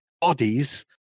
bodies